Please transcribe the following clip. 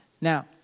Now